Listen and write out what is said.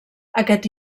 aquest